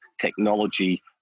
technology